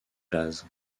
jazz